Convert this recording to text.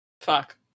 Fuck